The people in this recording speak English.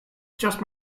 just